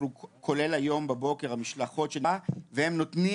כולל היום בבוקר המשלחות שנמצאות שם, אנחנו מקבלים